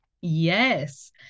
Yes